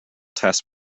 test